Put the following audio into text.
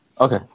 okay